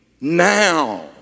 now